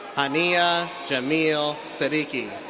haniyah jamil siddiqui.